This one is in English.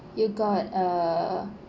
you got uh